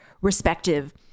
respective